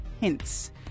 hints